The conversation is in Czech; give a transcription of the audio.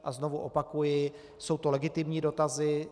A znovu opakuji, jsou to legitimní dotazy.